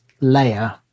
layer